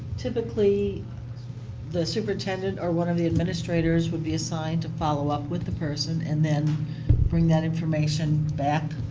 typically the superintendent or one of the administrators would be assigned to follow up with the person and then bring that information back.